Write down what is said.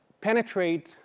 penetrate